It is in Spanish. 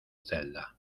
celda